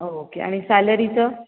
okay आणि सॅलरीचं